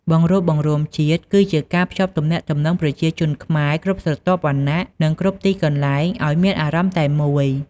បង្រួបបង្រួមជាតិគឹជាការ ភ្ជាប់ទំនាក់ទំនងប្រជាជនខ្មែរគ្រប់ស្រទាប់វណ្ណៈ និងគ្រប់ទីកន្លែងឲ្យមានអារម្មណ៍តែមួយ។